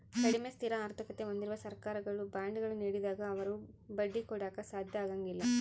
ಕಡಿಮೆ ಸ್ಥಿರ ಆರ್ಥಿಕತೆ ಹೊಂದಿರುವ ಸರ್ಕಾರಗಳು ಬಾಂಡ್ಗಳ ನೀಡಿದಾಗ ಅವರು ಬಡ್ಡಿ ಕೊಡಾಕ ಸಾಧ್ಯ ಆಗಂಗಿಲ್ಲ